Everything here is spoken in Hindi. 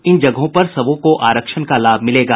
इन जगहों पर सबों को आरक्षण का लाभ मिलेगा